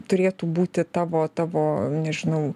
turėtų būti tavo tavo nežinau